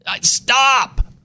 stop